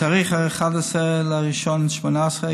בתאריך 11 בינואר 2018,